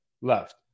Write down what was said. left